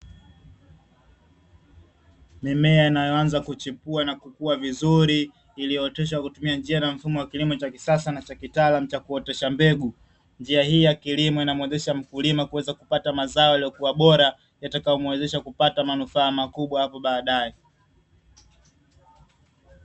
Mimea inayoanza kuchipua vizuri, iliooteshwa kwa kutumia njia na mfumo wa kisasa na cha kitaalamu cha kuotesha mbegu. Njia hii ya ukulima inamuwezesha mkulima kupata mazao yaliokuwa bora, yatakayomuwezesha kupata manufaa makubwa hapo baadae.